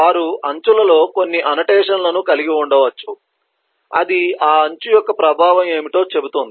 వారు అంచులలో కొన్ని అన్నోటేషన్ లను కలిగి ఉండవచ్చు అది ఆ అంచు యొక్క ప్రభావం ఏమిటో చెబుతుంది